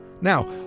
Now